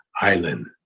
Island